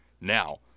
Now